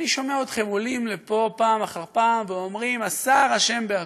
אני שומע אתכם עולים לפה פעם אחר פעם ואומרים: השר אשם בכול.